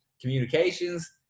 communications